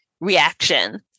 reaction